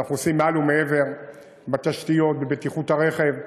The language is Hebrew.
שאנחנו עושים מעל ומעבר בתשתיות, בבטיחות הרכב.